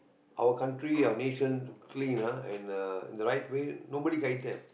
our country our nation clean ah and uh the right way nobody guide them